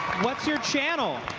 what's your channel?